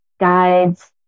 guides